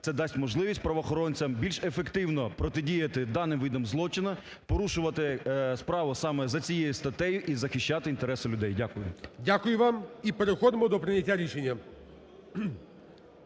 це дасть можливість правоохоронцям більш ефективно протидіяти даним видам злочину, порушувати справу саме за цією статтею і захищати інтереси людей. Дякую. ГОЛОВУЮЧИЙ. Дякую вам. І переходимо до прийняття рішення.